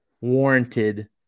warranted